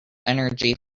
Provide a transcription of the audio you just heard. energy